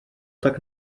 tak